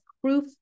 proof